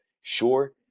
Sure